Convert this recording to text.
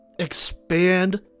expand